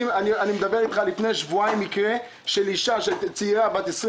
לפני שבועיים היה מקרה של אישה צעירה בת 24